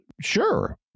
Sure